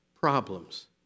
problems